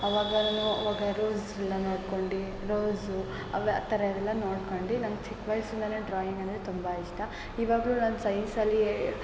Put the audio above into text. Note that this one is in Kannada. ಅವಾಗಲೂ ಅವಾಗ ರೋಸ್ ಎಲ್ಲ ನೋಡ್ಕೊಂಡು ರೋಸು ಅವೇ ಆ ಥರ ಎಲ್ಲ ನೋಡ್ಕೊಂಡು ನಂಗೆ ಚಿಕ್ಕ ವಯ್ಸಿಂದಲೇ ಡ್ರಾಯಿಂಗ್ ಅಂದರೆ ತುಂಬ ಇಷ್ಟ ಇವಾಗಲೂ ನಾನು ಸೈನ್ಸಲ್ಲಿ